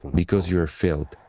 because you are filled.